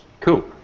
Cool